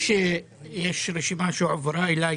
הועברה אליי